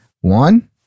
One